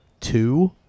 two